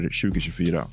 2024